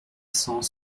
cents